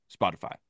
spotify